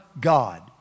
God